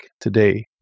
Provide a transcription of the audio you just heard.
today